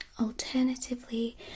Alternatively